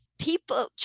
People